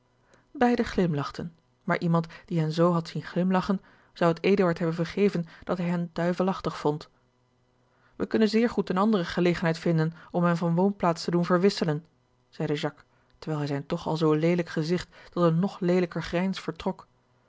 beide glimlachten maar iemand die hen zoo had zien glimlagchen zou het eduard hebben vergeven dat hij hen duivelachtig vond wij kunnen zeer goed eene andere gelegenheid vinden om hem van woonplaats te doen verwisselen zeide jacques terwijl hij zijn toch al zoo leelijk gezigt tot een nog leelijker grijns vertrok